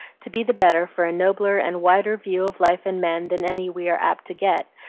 to be the better for a nobler and wider view of life and men than any we are apt to get,